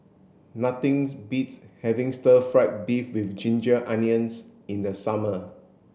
nothing beats having stir fried beef with ginger onions in the summer